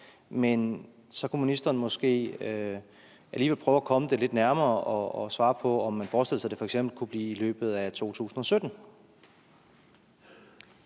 Men så kunne ministeren måske alligevel prøve at komme det lidt nærmere og svare på, om man forestiller sig, at det f.eks. kunne blive i løbet af 2017.